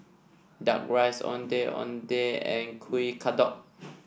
duck rice Ondeh Ondeh and Kuih Kodok